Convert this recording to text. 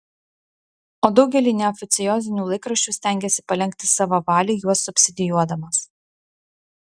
o daugelį neoficiozinių laikraščių stengėsi palenkti savo valiai juos subsidijuodamas